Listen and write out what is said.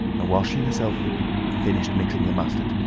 ah while she herself finished mixing the mustard,